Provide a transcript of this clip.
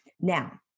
Now